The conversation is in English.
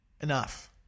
enough